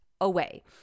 away